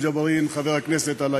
חבר הכנסת יוסף ג'בארין,